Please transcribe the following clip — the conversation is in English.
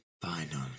final